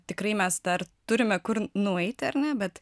tikrai mes dar turime kur nueiti ar ne bet